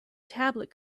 tablet